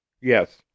Yes